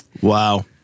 Wow